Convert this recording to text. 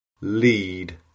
lead